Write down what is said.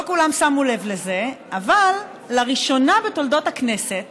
לא כולם שמו לב לזה אבל לראשונה בתולדות הכנסת